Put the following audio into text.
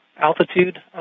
Altitude